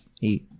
eat